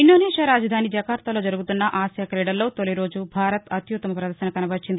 Indonesia రాజధాని జకర్తాలో జరుగుతున్న ఆసియా క్రీడల్లో తొలిరోజు భారత్ అత్యత్తమ ప్రదర్భనను కనబర్చింది